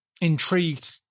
intrigued